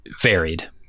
varied